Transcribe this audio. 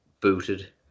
booted